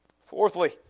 Fourthly